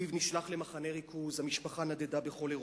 אביו נשלח למחנה ריכוז והמשפחה נדדה בכל אירופה.